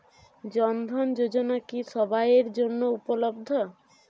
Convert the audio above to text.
জন ধন যোজনা কি সবায়ের জন্য উপলব্ধ?